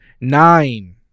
nine